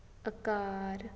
ਅਕਾਰ